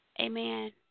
Amen